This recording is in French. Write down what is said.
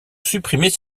supprimait